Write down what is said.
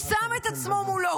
הוא שם את עצמו מולו,